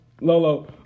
Lolo